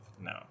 No